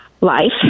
life